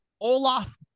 Olaf